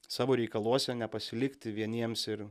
savo reikaluose nepasilikti vieniems ir